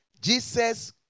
Jesus